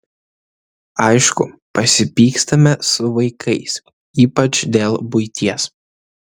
aišku pasipykstame su vaikais ypač dėl buities